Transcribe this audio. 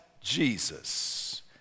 Jesus